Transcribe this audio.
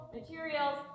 materials